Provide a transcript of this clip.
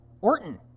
Orton